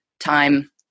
Time